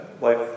Life